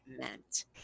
meant